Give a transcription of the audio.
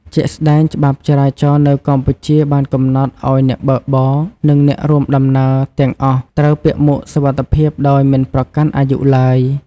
ជាក់ស្ដែង ច្បាប់ចរាចរណ៍នៅកម្ពុជាបានកំណត់ឱ្យអ្នកបើកបរ និងអ្នករួមដំណើរទាំងអស់ត្រូវពាក់មួកសុវត្ថិភាពដោយមិនប្រកាន់អាយុឡើយ។